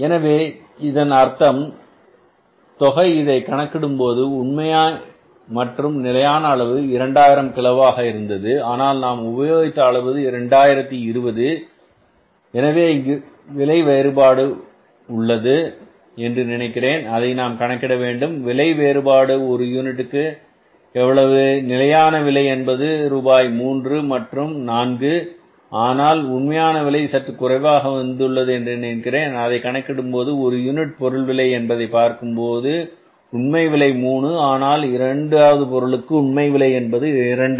எனவே இதன் அர்த்தம் தொகை இதை கணக்கிடும்போது உண்மை மற்றும் நிலையான அளவு 2000 கிலோவாக இருந்தது ஆனால் நாம் உபயோகித்த அளவு 2020 எனவே இங்கு விலை வேறுபாடு உள்ளது என்று நினைக்கிறேன் அதை நாம் கணக்கிட வேண்டும் விலை வேறுபாடு ஒரு யூனிட்டுக்கு எவ்வளவு நிலையான விலை என்பது ரூபாய் 3 மற்றும் ரூபாய் 4 ஆனால் உண்மையான விலை சற்று குறைவாக வந்துள்ளது என்று நினைக்கிறேன் அதை கணக்கிடும்போது ஒரு யூனிட் பொருள் விலை என்பதை பார்க்கும் போது உண்மை விலை 3 ஆனால் இரண்டாவது பொருளுக்கு உண்மை விலை என்பது 2